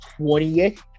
20th